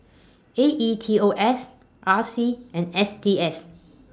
A E T O S R C and S T S